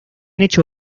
hecho